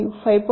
5 5